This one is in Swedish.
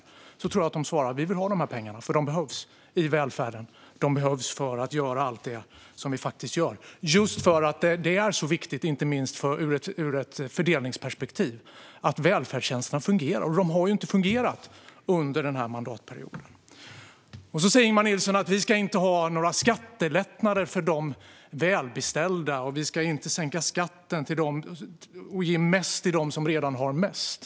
Jag tror att de svarar att de vill ha pengarna, för de behövs i välfärden och de behövs för att göra allt det som kommunerna gör. Det är viktigt inte minst ur ett fördelningsperspektiv att välfärdstjänsterna fungerar, och de har inte fungerat under denna mandatperiod. Ingemar Nilsson säger att vi inte ska ha några skattelättnader för de välbeställda och att vi inte ska sänka skatten och ge mest till dem som redan har mest.